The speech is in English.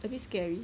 a bit scary